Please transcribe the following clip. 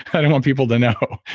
kind of want people to know.